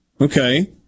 okay